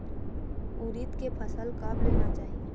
उरीद के फसल कब लेना चाही?